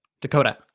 dakota